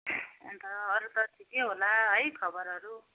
अन्त अरू त ठिकै होला है खबरहरू